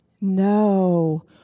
No